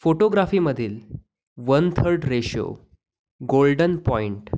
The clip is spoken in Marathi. फोटोग्राफीमधील one third ratio golden point